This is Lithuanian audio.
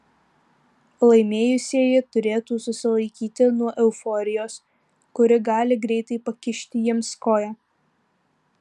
laimėjusieji turėtų susilaikyti nuo euforijos kuri gali greitai pakišti jiems koją